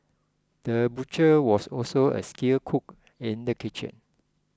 the butcher was also a skilled cook in the kitchen